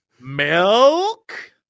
Milk